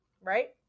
right